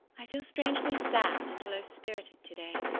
i feel strangely sad and low-spirited to-day.